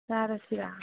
ꯆꯥꯔꯁꯤꯔ